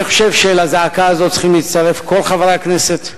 אני חושב שלזעקה הזאת צריכים להצטרף כל חברי הכנסת,